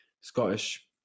scottish